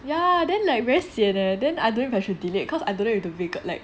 ya then like very sian leh then I don't know if delete cause I don't need to vacan~ like